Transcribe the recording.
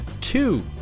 Two